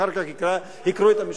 אחר כך יקראו את המשפט,